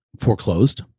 foreclosed